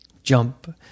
Jump